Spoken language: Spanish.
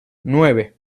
nueve